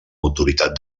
autoritat